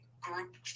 group